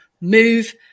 move